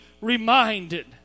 reminded